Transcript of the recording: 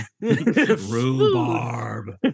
Rhubarb